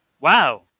wow